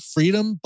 Freedom